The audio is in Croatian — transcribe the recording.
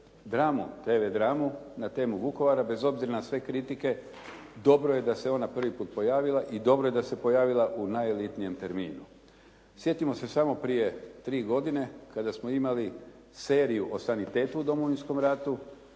TV dramu na temu Vukovara. Bez obzira na sve kritike dobro je da se ona prvi put pojavila i dobro je da se pojavila u najelitnijem terminu. Sjetimo se samo prije tri godine kada smo imali seriju o sanitetu u Domovinskom ratu.